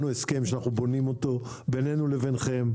הסכם שאנחנו בונים אותו בינינו לבינכם.